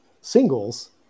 singles